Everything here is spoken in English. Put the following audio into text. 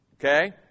Okay